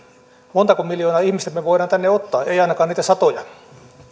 montako miljoonaa ihmistä me voimme tänne ottaa emme ainakaan niitä satoja